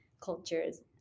cultures